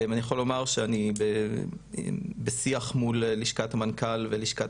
אני יכול לומר שאני בשיח מול לשכת המנכ"ל ולשכת